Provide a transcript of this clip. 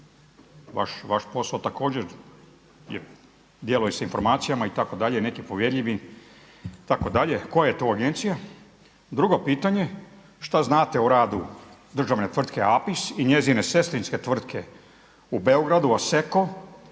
Vaš posao također je, djeluje sa informacijama itd. nekim povjerljivim itd. Koja je to agencija? Drugo pitanje. Šta znate o radu državne tvrtke APIS i njezine sestrinske tvrtke u Beogradu OSEKO